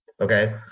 okay